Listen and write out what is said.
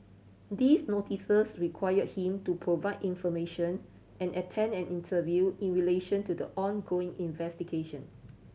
these notices require him to provide information and attend an interview in relation to the ongoing investigation